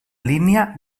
línia